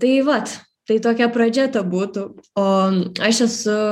tai vat tai tokia pradžia tebūtų o aš esu